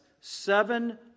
seven